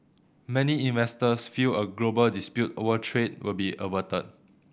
many investors feel a global dispute over trade will be averted